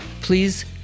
please